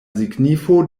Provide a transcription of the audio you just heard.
signifo